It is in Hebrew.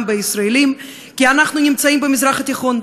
בישראלים כי אנחנו נמצאים במזרח התיכון.